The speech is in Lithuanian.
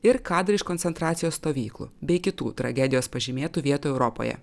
ir kadrai iš koncentracijos stovyklų bei kitų tragedijos pažymėtų vietų europoje